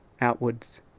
outwards